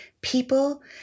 people